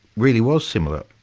really was similar.